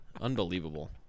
Unbelievable